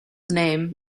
name